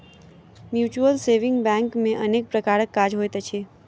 mutual saving bank मे अनेक प्रकारक काज होइत अछि